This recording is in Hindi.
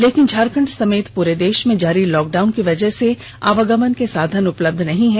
लेकिन झारखंड समेत पूरे देश में जारी लॉकडाउन की वजह से आवागमन के साधन उपलब्ध नहीं हैं